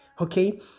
okay